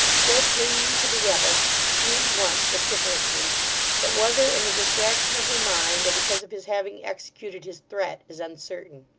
still clinging to the rebel, screamed once vociferously but whether in the distraction of her mind, or because of his having executed his threat, is uncertain.